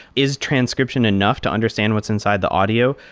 is transcription enough to understand what's inside the audio?